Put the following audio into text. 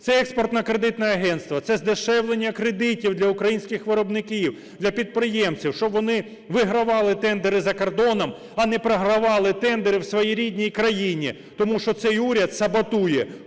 це Експортно-кредитне агентство; це здешевлення кредитів для українських виробників, для підприємців, щоб вони вигравали тендери за кордоном, а не програвали тендери в своїй рідній країні. Тому що цей уряд саботує